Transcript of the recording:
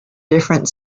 different